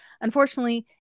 unfortunately